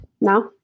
now